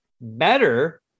better